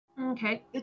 Okay